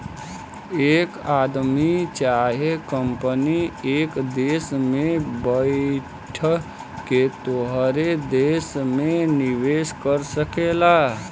एक आदमी चाहे कंपनी एक देस में बैइठ के तोहरे देस मे निवेस कर सकेला